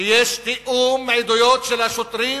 שיש תיאום עדויות של השוטרים